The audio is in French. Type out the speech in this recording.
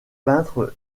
peintre